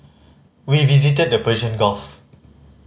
we visited the Persian Gulf